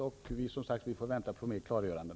Vi får, som sagt, vänta på ytterligare klargöranden.